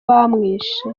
bamwishe